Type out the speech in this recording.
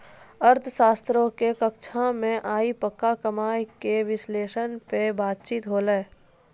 अर्थशास्त्रो के कक्षा मे आइ पक्का कमाय के विश्लेषण पे बातचीत होलै